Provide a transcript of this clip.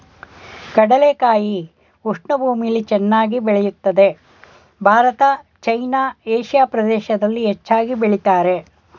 ಕಡಲೆಕಾಯಿ ಉಷ್ಣ ಭೂಮಿಲಿ ಚೆನ್ನಾಗ್ ಬೆಳಿತದೆ ಭಾರತ ಚೈನಾ ಏಷಿಯಾ ಪ್ರದೇಶ್ದಲ್ಲಿ ಹೆಚ್ಚಾಗ್ ಬೆಳಿತಾರೆ